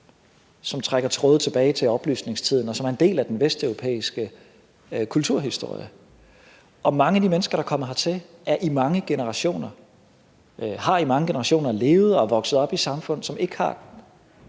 som trækker tråde tilbage til oplysningstiden, og som er en del af den vesteuropæiske kulturhistorie. Mange af de mennesker, der er kommet hertil, har i mange generationer levet og er vokset op i et samfund, som ikke har